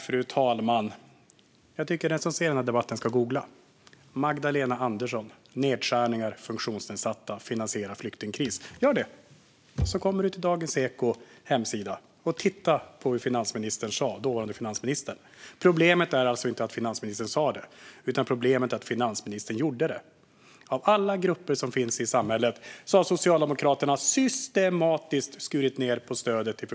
Fru talman! Jag tycker att den som ser på denna debatt ska googla på Magdalena Andersson, nedskärningar, funktionsnedsatta och finansiera flyktingkris. Om man gör det kommer man till Dagens Ekos hemsida, där man kan ta del av hur den dåvarande finansministern sa. Problemet är alltså inte att finansministern sa det, utan problemet är att finansministern gjorde det. Av alla grupper som finns i samhället är det de funktionsnedsatta som Socialdemokraterna systematiskt har skurit ned stödet till.